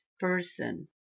person